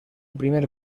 primer